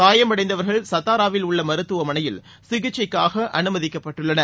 காயமடைந்தவர்கள் சதாராவில் உள்ள மருத்துவமனையில் சிகிச்சைக்காக அனுமதிக்கப்பட்டுள்ளனர்